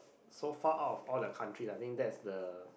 so far out of all the country I think that's the